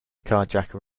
carjacker